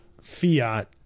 Fiat